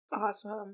Awesome